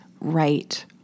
right